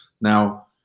Now